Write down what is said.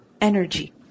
energy